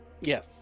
Yes